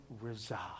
resolve